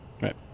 Right